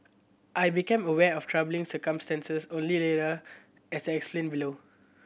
I became aware of troubling circumstances only later as I explain below